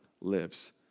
lives